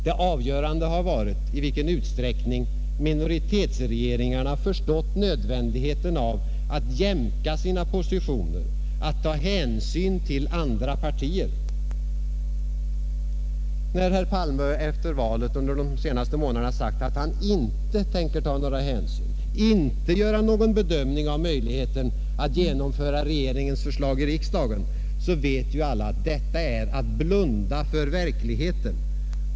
Det avgörande har varit i vilken utsträckning minoritetsregeringarna förstått nödvändigheten av att jämka sina positioner, att ta hänsyn till andra partier. När herr Palme efter valet under de senaste månaderna sagt att han inte tänker ta några hänsyn och inte avser att göra någon bedömning av möjligheterna att genomföra regeringens förslag i riksdagen vet alla att detta är att blunda för verkligheten.